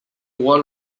roi